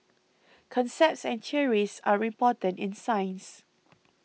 concepts and theories are important in science